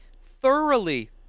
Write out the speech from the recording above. thoroughly